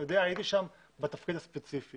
אני יודע, הייתי שם בתפקיד הספציפי.